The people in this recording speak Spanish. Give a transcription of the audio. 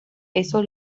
peso